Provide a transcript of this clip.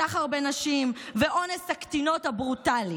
הסחר בנשים ואונס הקטינות הברוטלי.